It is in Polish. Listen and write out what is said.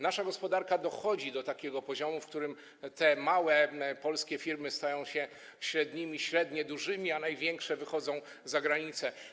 Nasza gospodarka dochodzi do takiego poziomu, na którym te małe polskie firmy stają się średnimi firmami, średnie - dużymi, a największe wychodzą za granicę.